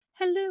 Hello